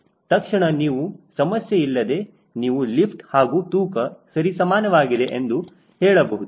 ತಕ್ಷಣ ನೀವು ಸಮಸ್ಯೆ ಇಲ್ಲದೆ ನೀವು ಲಿಫ್ಟ್ ಹಾಗೂ ತೂಕ ಸರಿಸಮಾನವಾಗಿದೆ ಎಂದು ಹೇಳಬಹುದು